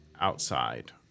outside